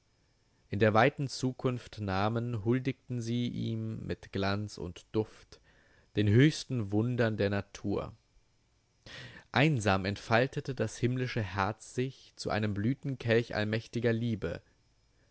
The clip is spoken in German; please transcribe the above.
in der weiten zukunft namen huldigten sie ihm mit glanz und duft den höchsten wundern der natur einsam entfaltete das himmlische herz sich zu einem blütenkelch allmächt'ger liebe